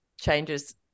changes